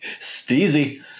Steezy